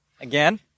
again